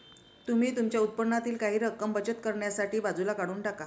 तुम्ही तुमच्या उत्पन्नातील काही रक्कम बचत करण्यासाठी बाजूला काढून टाका